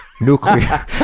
Nuclear